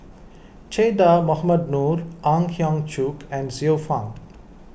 Che Dah Mohamed Noor Ang Hiong Chiok and Xiu Fang